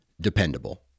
dependable